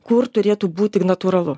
kur turėtų būti natūralu